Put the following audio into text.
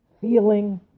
feeling